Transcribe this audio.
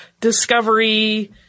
discovery